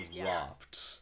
dropped